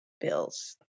bills